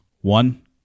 One